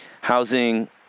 housing